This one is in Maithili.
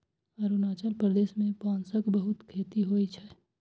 अरुणाचल प्रदेश मे बांसक बहुत खेती होइ छै